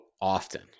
often